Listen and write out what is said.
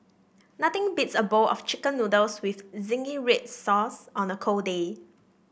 nothing beats a bowl of chicken noodles with zingy red sauce on a cold day